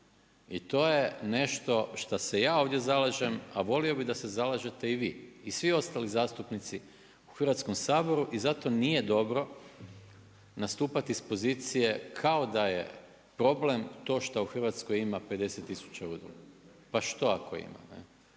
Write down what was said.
I to je nešto što se ja ovdje zalažem, a volio bi da se zalažete i vi. I svi ostali zastupnici u Hrvatskom saboru i zato nije dobro, nastupati iz pozicije, kao da je problem to što u Hrvatskoj ima 50000 udruga. Pa što ako ima,